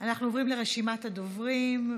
אנחנו עוברים לרשימת הדוברים.